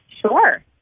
Sure